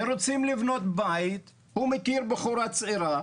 ורוצים לבנות בית, הוא מכיר בחורה צעירה,